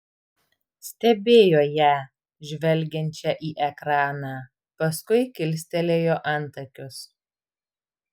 stebėjo ją žvelgiančią į ekraną paskui kilstelėjo antakius